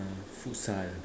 futsal